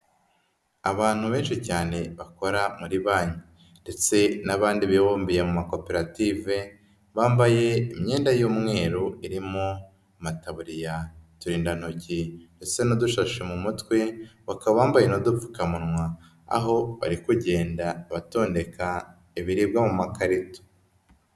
Abantu benshi cyane bakora muri banki ndetse n'abandi bibumbiye mu makoperative, bambaye imyenda y'umweru irimo amataburiya, uturindantoki ndetse n'udushashe mu mutwe, bakaba bambaye n'udupfukamunwa aho bari kugenda batondeka ibiribwa mu makarito.